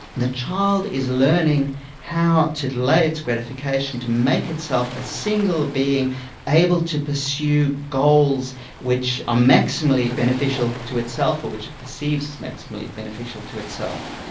the child is learning how to delay its gratification to make itself a single being able to pursue goals which are ah maximally beneficial to itself, or which it perceives as maximally beneficial to itself,